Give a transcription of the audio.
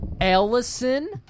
Allison